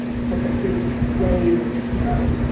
it's like a big wave of snow,